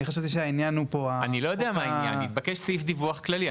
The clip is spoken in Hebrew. אני חשבתי שהעניין פה הוא --- מתבקש סעיף דיווח כללי.